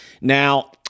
Now